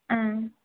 ஆ